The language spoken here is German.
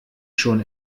schon